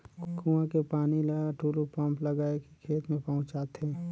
कुआं के पानी ल टूलू पंप लगाय के खेत में पहुँचाथे